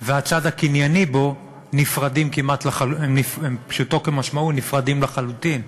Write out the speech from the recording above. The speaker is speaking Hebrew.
והצד הקנייני בו הם פשוטו כמשמעו נפרדים לחלוטין.